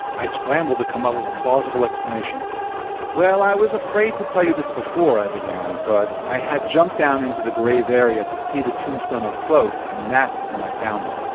i scrambled to come up with a plausible explanation well i was afraid to tell you this before, i began. but i had jumped down into the grave area to see the tombstone up close, and that's when i found it.